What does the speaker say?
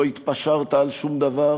לא התפשרת על שום דבר